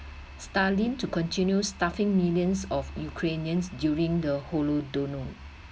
starling to continue starving millions of ukrainians during the holodomor